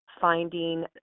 finding